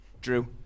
Drew